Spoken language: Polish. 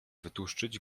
wyłuszczyć